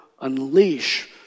unleash